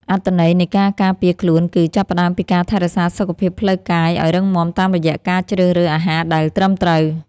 អត្ថន័យនៃការការពារខ្លួនគឺ ចាប់ផ្ដើមពីការថែរក្សាសុខភាពផ្លូវកាយឱ្យរឹងមាំតាមរយៈការជ្រើសរើសអាហារដែលត្រឹមត្រូវ។